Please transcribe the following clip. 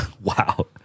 Wow